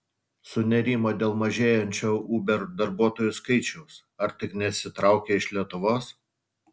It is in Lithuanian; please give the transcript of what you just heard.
sunerimo dėl mažėjančio uber darbuotojų skaičiaus ar tik nesitraukia iš lietuvos